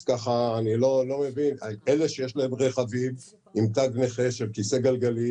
אז אני לא מבין - אלה שיש להם רכבים עם תג נכה של כיסא גלגלים